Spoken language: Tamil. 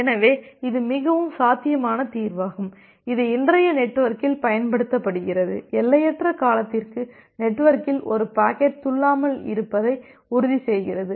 எனவே இது மிகவும் சாத்தியமான தீர்வாகும் இது இன்றைய நெட்வொர்க்கில் பயன்படுத்தப்படுகிறது எல்லையற்ற காலத்திற்கு நெட்வொர்க்கில் ஒரு பாக்கெட் துள்ளாமல் இருப்பதை உறுதிசெய்யகிறது